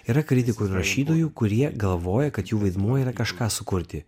yra kritikų ir rašytojų kurie galvoja kad jų vaidmuo yra kažką sukurti